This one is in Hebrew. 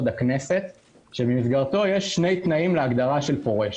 הכנסת שבמסגרתו יש שני תנאים להגדרה של פורש: